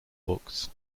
books